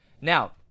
Now